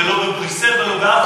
בוושינגטון, לא בבריסל ולא באף מקום.